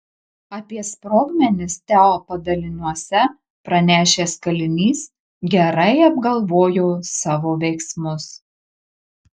apie sprogmenis teo padaliniuose pranešęs kalinys gerai apgalvojo savo veiksmus